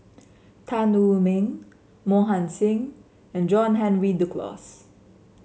Tan Wu Meng Mohan Singh and John Henry Duclos